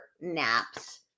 naps